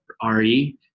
R-E